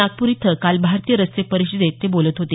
नागपूर इथं काल भारतीय रस्ते परिषदेत ते बोलत होते